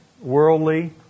worldly